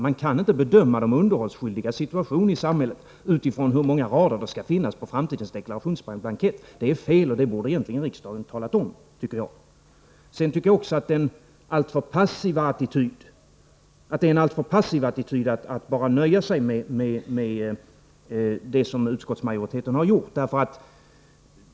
Man kan inte bedöma de underhållsskyldigas situation i samhället utifrån hur många rader det skall finnas på framtidens deklarationsblankett. Det är fel, och det borde egentligen riksdagen ha talat om, tycker jag. Jag tycker också att det är en alltför passiv attityd att nöja sig med detta, som utskottsmajoriteten har gjort.